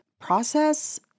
process